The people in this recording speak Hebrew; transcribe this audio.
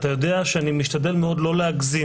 אתה יודע שאני משתדל מאוד לא להגזים.